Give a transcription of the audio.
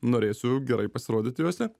norėsiu gerai pasirodyti juose